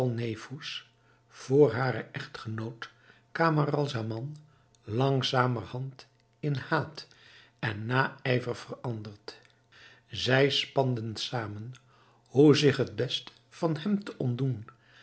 voor haren echtgenoot camaralzaman langzamerhand in haat en naijver veranderd zij spanden zamen hoe zich het best van hem te ontdoen